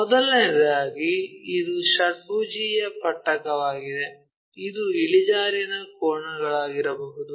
ಮೊದಲನೆಯದಾಗಿ ಇದು ಷಡ್ಭುಜೀಯ ಪಟ್ಟಕವಾಗಿದೆ ಅದು ಇಳಿಜಾರಿನ ಕೋನಗಳಾಗಿರಬಹುದು